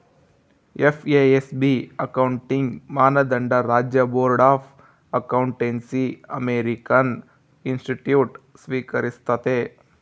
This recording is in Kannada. ಎಫ್.ಎ.ಎಸ್.ಬಿ ಅಕೌಂಟಿಂಗ್ ಮಾನದಂಡ ರಾಜ್ಯ ಬೋರ್ಡ್ ಆಫ್ ಅಕೌಂಟೆನ್ಸಿಅಮೇರಿಕನ್ ಇನ್ಸ್ಟಿಟ್ಯೂಟ್ಸ್ ಸ್ವೀಕರಿಸ್ತತೆ